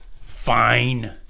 Fine